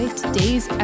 today's